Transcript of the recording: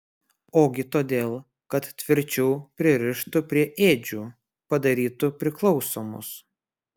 ogi todėl kad tvirčiau pririštų prie ėdžių padarytų priklausomus